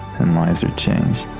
and lives are changed.